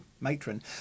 matron